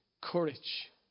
Courage